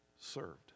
served